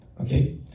okay